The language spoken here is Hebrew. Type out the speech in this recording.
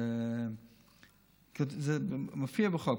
זה מופיע בחוק,